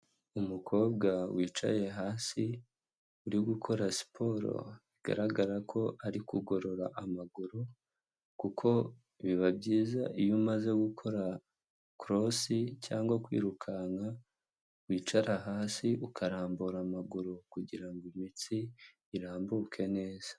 Umukobwa wicaye hasi, uri gukora siporo bigaragara ko ari kugorora amaguru kuko biba byiza iyo umaze gukora korosi cyangwa kwirukanka, wicara hasi ukarambura amaguru kugira ngo imitsi irambuke neza.